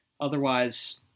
Otherwise